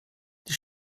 die